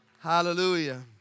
Hallelujah